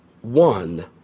one